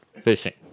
Fishing